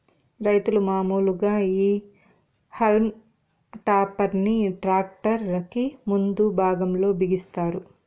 రైతులు మాములుగా ఈ హల్మ్ టాపర్ ని ట్రాక్టర్ కి ముందు భాగం లో బిగిస్తారు